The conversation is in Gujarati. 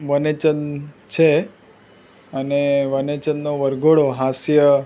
વનેચંદ છે અને વનેચંદનો વરઘોડો હાસ્ય